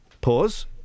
Pause